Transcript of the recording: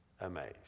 amazed